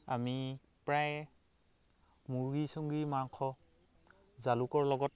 আমি প্ৰায় মুৰ্গী চুৰ্গী মাংস জালুকৰ লগত